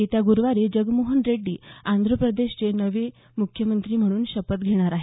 येत्या गुरुवारी जगनमोहन रेड्डी आंध्रप्रदेशचे नवे मुख्यमंत्री म्हणून शपथ घेणार आहेत